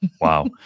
Wow